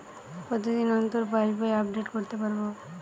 কতদিন অন্তর পাশবই আপডেট করতে পারব?